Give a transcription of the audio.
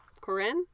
Corinne